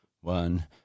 One